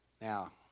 Now